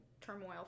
turmoil